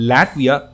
Latvia